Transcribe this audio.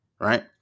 right